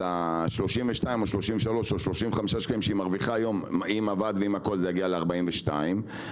אז השכר שבין 30-35 שקלים שהיא מרוויחה היום יהיה 42 שקלים,